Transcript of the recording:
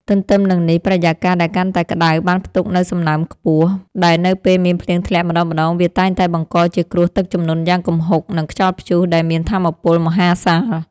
ទន្ទឹមនឹងនេះ បរិយាកាសដែលកាន់តែក្ដៅបានផ្ទុកនូវសំណើមខ្ពស់ ដែលនៅពេលមានភ្លៀងធ្លាក់ម្ដងៗ វាតែងតែបង្កជាគ្រោះទឹកជំនន់យ៉ាងគំហុក និងខ្យល់ព្យុះដែលមានថាមពលមហាសាល។